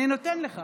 אני נותן לך.